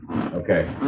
Okay